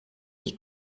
die